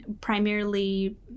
Primarily